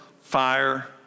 fire